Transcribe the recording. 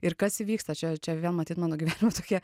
ir kas įvyksta čia čia vėl matyt mano gyvenimo tokie